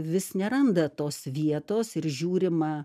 vis neranda tos vietos ir žiūrima